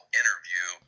interview